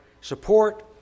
support